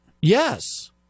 Yes